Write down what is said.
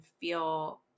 feel